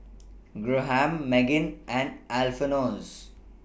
Graham Meggan and Alfonse